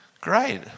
Great